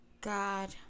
god